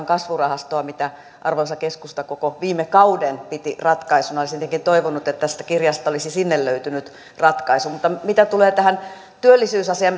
kasvurahastoa mitä arvoisa keskusta koko viime kauden piti ratkaisuna olisin tietenkin toivonut että tästä kirjasta olisi sinne löytynyt ratkaisu mutta mitä tulee tähän työllisyysasiaan